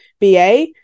BA